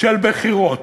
של בחירות.